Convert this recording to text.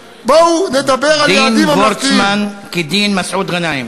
חבר הכנסת וורצמן, דין וורצמן כדין מסעוד גנאים.